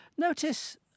Notice